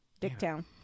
Dicktown